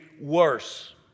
worse